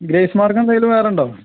grace mark എന്തെങ്കിലും വേറെ ഉണ്ടോ